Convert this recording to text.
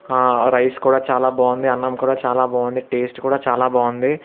rice కూడా చాలా బాగుంది అన్నం కూడా చాలా బాగుంది టేస్ట్ కూడా చాలా బాగుంది